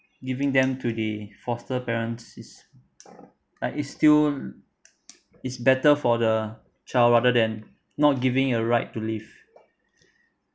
giving them to the foster parents is is still is better for the child rather than not giving a right to live